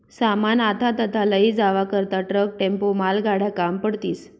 सामान आथा तथा लयी जावा करता ट्रक, टेम्पो, मालगाड्या काम पडतीस